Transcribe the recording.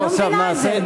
אני לא מבינה את זה.